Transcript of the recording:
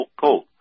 cold